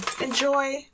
enjoy